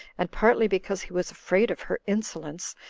and partly because he was afraid of her insolence,